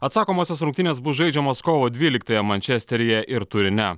atsakomosios rungtynės bus žaidžiamos kovo dvyliktąją mančesteryje ir turine